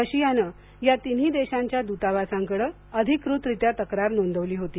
रशियानं या तिन्ही देशांच्या दूतावासांकडं अधिकृतरीत्या तक्रार नोंदवली होती